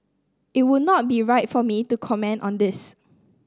it would not be right for me to comment on this